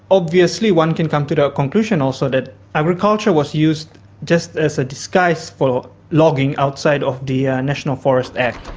obviously, one can come to the conclusion also that agriculture was used just as a disguise for logging outside of the ah national forest act.